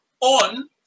on